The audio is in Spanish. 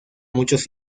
muchos